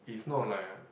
is not like I